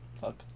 Fuck